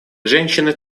женщины